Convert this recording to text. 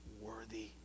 worthy